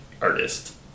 artist